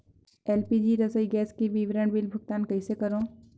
LPG रसोई gas के विवरण बिल भुगतान कइसे करों?